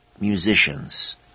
musicians